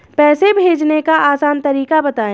पैसे भेजने का आसान तरीका बताए?